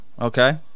Okay